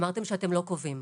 אמרתם שאתם לא קובעים.